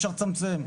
אפשר לצמצם,